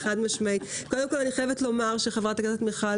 אני חייבת לומר שחברת הכנסת מיכל